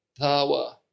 Tawa